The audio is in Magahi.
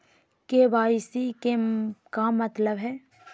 के.वाई.सी के का मतलब हई?